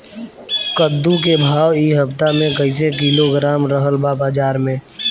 कद्दू के भाव इ हफ्ता मे कइसे किलोग्राम रहल ह बाज़ार मे?